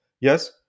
yes